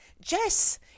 Jess